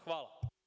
Hvala.